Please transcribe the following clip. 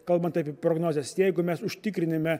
kalbant apie prognozes jeigu mes užtikriname